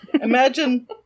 imagine